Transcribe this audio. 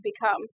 become